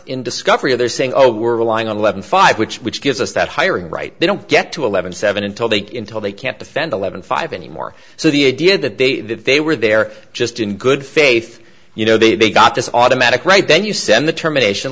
in discovery of their saying oh we're relying on eleven five which which gives us that hiring right they don't get to eleven seven until they can tell they can't defend eleven five anymore so the idea that they that they were there just in good faith you know they got this automatic right then you send the termination